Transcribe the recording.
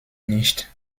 nicht